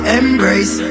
embrace